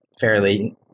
fairly